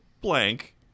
Blank